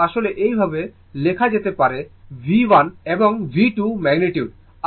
সুতরাং আসলে এই ভাবে লেখা যেতে পারে V1 এবং V2 ম্যাগনিটিউড